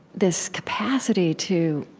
this capacity to